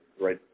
right